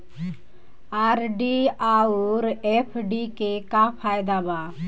RD आउर FD के का फायदा बा?